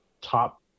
top